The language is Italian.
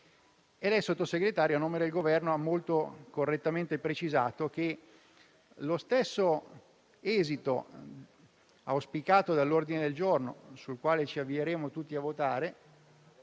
E lei, signor Sottosegretario, a nome del Governo ha molto correttamente precisato che lo stesso esito auspicato dall'ordine del giorno, che tutti ci accingiamo a votare,